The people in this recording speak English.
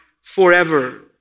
forever